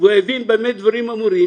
והוא הבין במה דברים אמורים,